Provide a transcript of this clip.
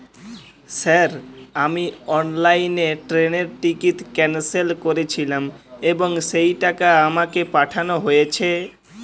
Sir আমি অনলাইনে ট্রেনের টিকিট ক্যানসেল করেছিলাম এবং সেই টাকা আমাকে পাঠানো হয়েছে?